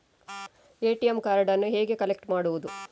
ATM ಕಾರ್ಡನ್ನು ಹೇಗೆ collect ಮಾಡುವುದು?